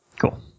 Cool